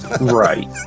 right